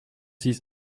six